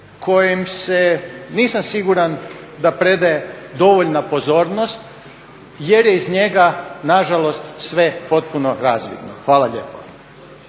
kojim se nisam siguran da predaje dovoljna pozornost jer je iz njega na žalost sve potpuno razvidno. Hvala lijepo.